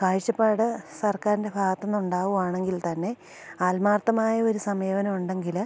കാഴ്ചപ്പാട് സർക്കാരിൻ്റെ ഭാഗത്തു നിന്നുണ്ടാകുകയാണെങ്കിൽ തന്നെ ആത്മാർത്ഥമായൊരു സമീപനം ഉണ്ടെങ്കിൽ